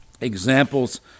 examples